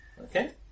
Okay